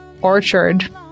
Orchard